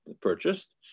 purchased